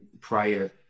prior